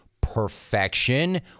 perfection